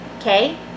okay